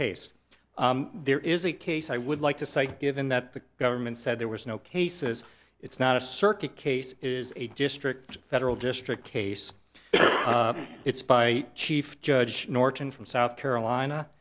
case there is a case i would like to cite given that the government said there was no cases it's not a circuit case is a district federal district case it's by chief judge norton from south carolina